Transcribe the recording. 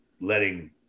letting